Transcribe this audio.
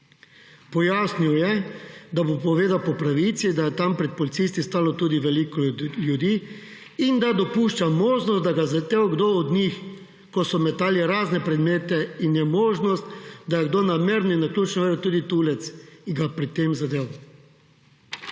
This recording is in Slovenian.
Pojasnil je, da bo povedal po pravici, da je tam pred policisti stalo tudi veliko ljudi in da dopušča možnost, da ga je zadel kdo od njih, ko so metali razne predmete in je možnost, da je kdo namerno in naključno vrgel tudi tulec in ga pri tem zadel.